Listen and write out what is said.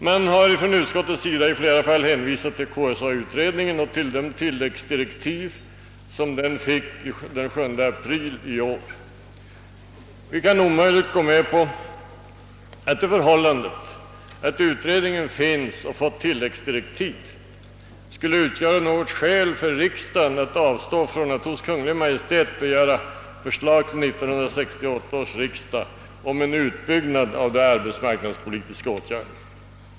Man har från utskottets sida i flera fall hänvisat till KSA-utredningen och till de tilläggsdirektiv som den fick den 7 april i år. Vi kan omöjligt gå med på att det förhållandet, att utredningen blivit tillsatt och fått tillläggsdirektiv, skulle utgöra något skäl för riksdagen att hos Kungl. Maj:t begära förslag till 1968 års riksdag om en utbyggnad av de arbetsmarknadspolitiska åtgärderna.